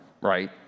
right